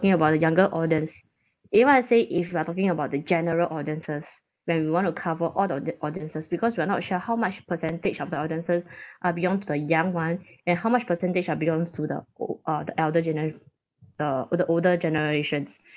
talking about the younger audience if you want to say if we are talking about the general audiences when we want to cover all the audien~ audiences because we're not sure how much percentage of the audiences are belong to the young [one] and how much percentage are belongs to the ol~ uh the elder gene~ uh the older generations